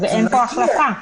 אין פה החלפה.